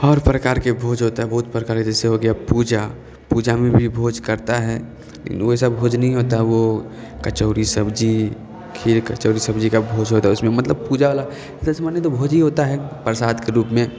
हर प्रकारके भोज होता है बहुत प्रकार जैसे हो गया पूजा पूजामे भी भोज करता है ओ सब भोज नही होता वो कचौड़ी सब्जी खीर कचौड़ी सब्जी का भोज होता है उसमे मतलब पूजा बला भोज ही होता है प्रसादके रूपमे